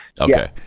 Okay